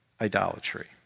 idolatry